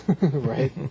Right